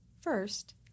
First